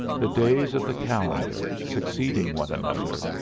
the days of the calendar, succeeding one another,